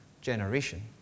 generation